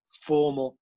formal